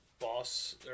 Boss